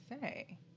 say